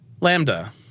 Lambda